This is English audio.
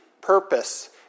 purpose